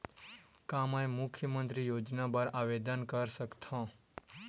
का मैं मुख्यमंतरी योजना बर आवेदन कर सकथव?